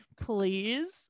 please